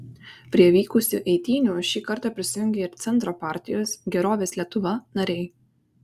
prie vykusių eitynių šį kartą prisijungė ir centro partijos gerovės lietuva nariai